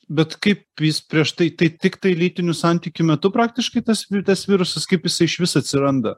bet kaip jis prieš tai tai tiktai lytinių santykių metu praktiškai tas tas virusas kaip jisai išvis atsiranda